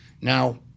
now